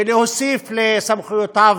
ולהוסיף לסמכויותיו